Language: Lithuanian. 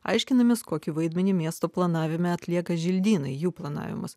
aiškinamės kokį vaidmenį miesto planavime atlieka želdynai jų planavimas